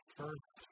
first